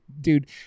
dude